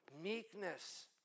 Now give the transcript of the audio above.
Meekness